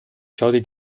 chiodi